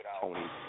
Tony